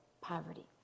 poverty